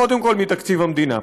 קודם כול מתקציב המדינה.